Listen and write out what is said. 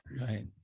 Right